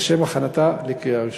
לשם הכנתה לקריאה ראשונה.